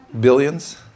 Billions